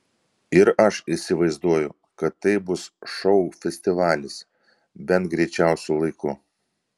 ir aš įsivaizduoju kad tai bus šou festivalis bent greičiausiu laiku